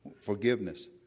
Forgiveness